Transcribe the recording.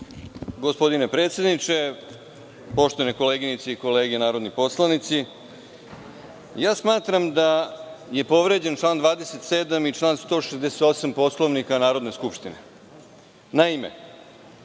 Gospodine predsedniče, poštovane koleginice i kolege narodni poslanici, smatram da je povređen član 27. i član 168. Poslovnika Narodne skupštine. Naime,